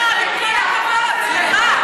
אין לה עשר דקות מעכשיו,